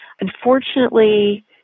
Unfortunately